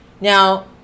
Now